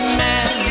man